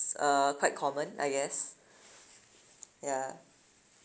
uh quite common I guess ya